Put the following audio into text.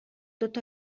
tot